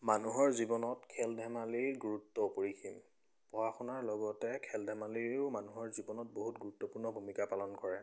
মানুহৰ জীৱনত খেল ধেমালিৰ গুৰুত্ব অপৰিসীম পঢ়া শুনাৰ লগতে খেল ধেমালিও মানুহৰ জীৱনত বহুত গুৰুত্বপূৰ্ণ ভূমিকা পালন কৰে